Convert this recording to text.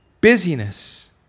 busyness